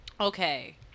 Okay